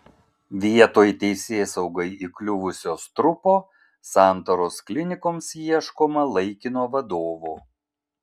vietoj teisėsaugai įkliuvusio strupo santaros klinikoms ieškoma laikino vadovo